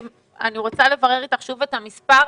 אני רוצה לברר אתך שוב את המספר.